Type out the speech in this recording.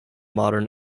modern